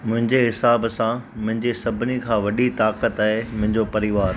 मुंहिंजे हिसाब सां मुंहिंजे सभिनी खां वॾी ताक़त आहे मुंहिंजो परिवार